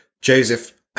Joseph